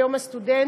ביום הסטודנט,